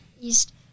East